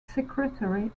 secretary